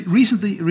recently